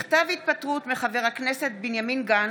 מכתב התפטרות מחבר הכנסת בנימין גנץ,